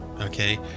Okay